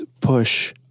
push-